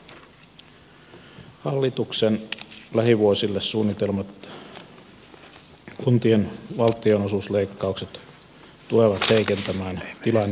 hallituksen lähivuosille suunnittelemat kuntien valtionosuusleikkaukset tulevat heikentämään tilannetta entisestään